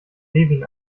levin